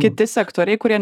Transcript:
kiti sektoriai kurie